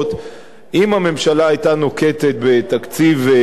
אם הממשלה היתה נוקטת תקציב מרחיב,